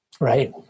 right